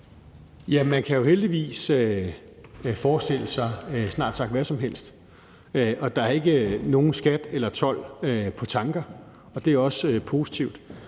Man kan jo heldigvis forestille sig snart sagt hvad som helst, og der er ikke nogen skat eller told på tanker – det er også positivt.